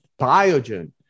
Biogen